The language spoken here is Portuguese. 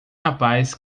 rapaz